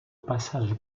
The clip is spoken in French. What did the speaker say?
passage